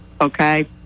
okay